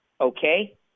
Okay